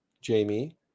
Jamie